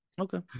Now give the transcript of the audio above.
Okay